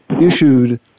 issued